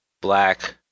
Black